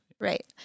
Right